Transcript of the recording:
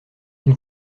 une